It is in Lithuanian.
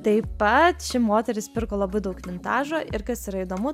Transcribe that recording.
taip pat ši moteris pirko labai daug vintažo ir kas yra įdomu